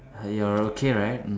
you're okay right